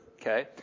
Okay